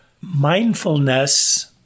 mindfulness